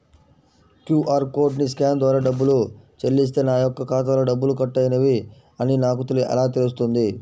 QR కోడ్ని scan ద్వారా డబ్బులు చెల్లిస్తే నా యొక్క ఖాతాలో డబ్బులు కట్ అయినవి అని నాకు ఎలా తెలుస్తుంది?